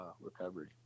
recovery